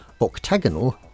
octagonal